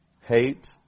hate